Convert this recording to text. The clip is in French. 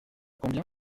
combien